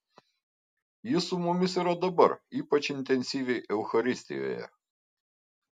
jis su mumis yra dabar ypač intensyviai eucharistijoje